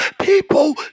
people